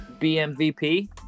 BMVP